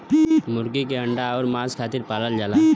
मुरगी के अंडा अउर मांस खातिर पालल जाला